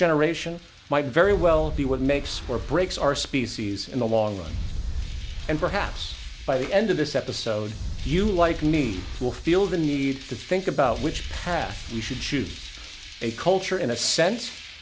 generation might very well be what makes or breaks our species in the long run and perhaps by the end of this episode you like me will feel the need to think about which path you should choose a culture in a sense